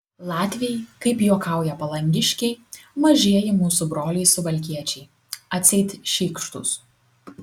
latviai kaip juokauja palangiškiai mažieji mūsų broliai suvalkiečiai atseit šykštūs